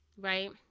right